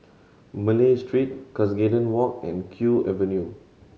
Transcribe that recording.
Malay Street Cuscaden Walk and Kew Avenue